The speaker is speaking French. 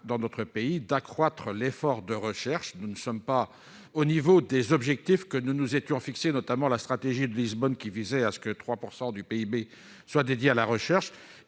car notre pays a besoin d'accroître son effort de recherche. Nous ne sommes pas au niveau des objectifs que nous nous étions fixés ; je pense notamment à la stratégie de Lisbonne qui visait à ce que 3 % du PIB soit dédié à la recherche.